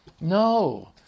No